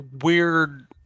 weird